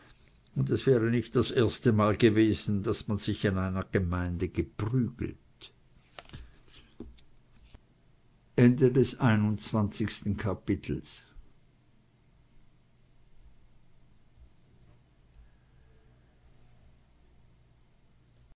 und es wäre nicht das erstemal gewesen daß man sich an einer gemeinde geprügelt